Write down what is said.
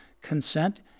consent